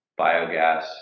biogas